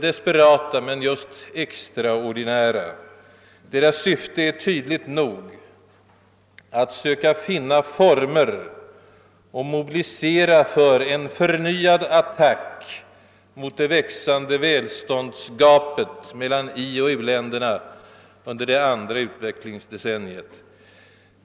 Deras syfte är tydligt nog: att söka finna former och mobilisera för en förnyad attack mot det växande välståndsgapet mellan ioch uländerna under det andra utvecklingsdecenniet.